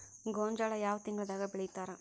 ಗೋಂಜಾಳ ಯಾವ ತಿಂಗಳದಾಗ್ ಬೆಳಿತಾರ?